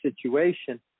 situation